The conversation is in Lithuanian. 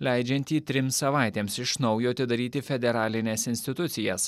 leidžiantį trims savaitėms iš naujo atidaryti federalines institucijas